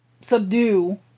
subdue